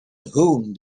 whom